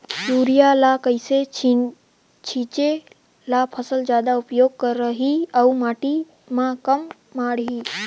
Urea ल कइसे छीचे ल फसल जादा उपयोग करही अउ माटी म कम माढ़ही?